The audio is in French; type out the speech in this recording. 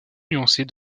nuancée